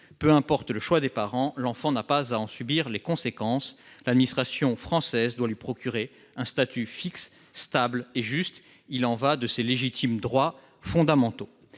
Peu importent les choix des parents, l'enfant n'a pas à en subir les conséquences. L'administration française doit lui procurer un statut fixe, stable et juste. Il y va de ses légitimes droits fondamentaux.